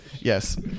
Yes